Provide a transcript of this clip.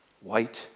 white